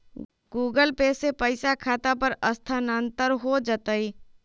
Google Pay से पईसा खाता पर स्थानानंतर हो जतई?